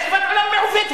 זאת השקפת עולם מעוותת.